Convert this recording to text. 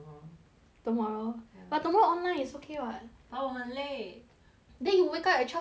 tomorrow ya but tomorrow online it's okay [what] but 我很累 then you wake up at twelve thirty lah